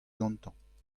gantañ